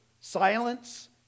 silence